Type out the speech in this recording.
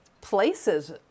places